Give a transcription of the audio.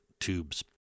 tubes